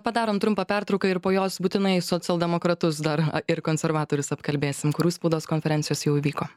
padarom trumpą pertrauką ir po jos būtinai socialdemokratus dar ir konservatorius apkalbėsim kurių spaudos konferencijos jau įvyko